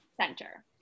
center